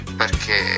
perché